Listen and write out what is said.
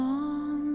on